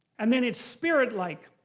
and then it's spirit-like.